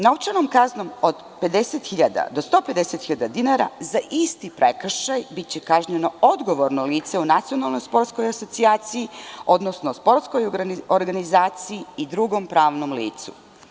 Novčanom kaznom od 50.000 do 150.000 dinara za isti prekršaj biće kažnjeno odgovorno lice u Nacionalnoj sportskoj asocijaciji, odnosno sportskoj organizaciji i drugom pravnom licu.